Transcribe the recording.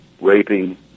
raping